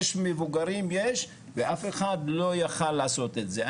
יש מבוגרים ואף אחד לא יכול לעשות את זה.